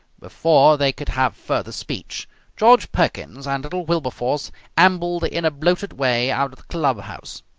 before they could have further speech george perkins and little wilberforce ambled in a bloated way out of the clubhouse.